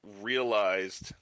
realized